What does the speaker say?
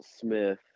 Smith